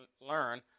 learn